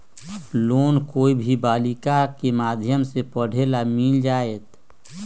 Loan कोई भी बालिका के माध्यम से पढे ला मिल जायत?